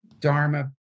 Dharma